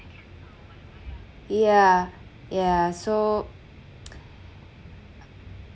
yeah yeah so